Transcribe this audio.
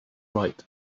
right